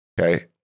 Okay